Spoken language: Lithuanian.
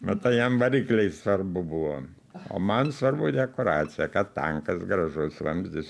matai jam varikliai svarbu buvo o man svarbu dekoracija kad tankas gražus vamzdis